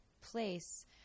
place